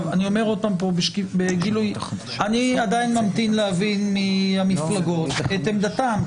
אני אומר פה בגילוי שאני עדיין ממתין להבין מהמפלגות את עמדתן,